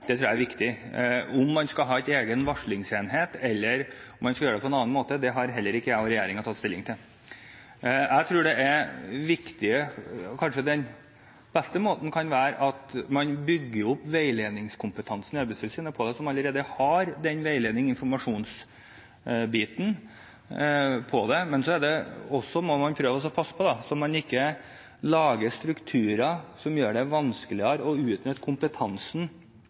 Det tror jeg er viktig. Om man skal ha en egen varslingsenhet eller om man skal gjøre det på en annen måte, det har heller ikke jeg og regjeringen tatt stilling til. Kanskje den beste måten kan være at man bygger opp veiledningskompetansen på dette i Arbeidstilsynet, som allerede har veilednings- og informasjonsbiten på dette området. Men så må man prøve å passe på at man ikke lager strukturer som gjør det vanskeligere å utnytte kompetansen